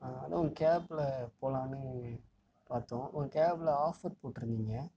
அதுவும் கேபில் போகலான்னு பார்த்தோம் உங்கள் கேபில் ஆஃபர் போட்டுருந்திங்க